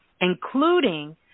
including